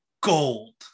gold